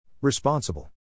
Responsible